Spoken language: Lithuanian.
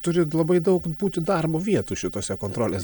turi labai daug būti darbo vietų šitose kontrolės